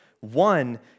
One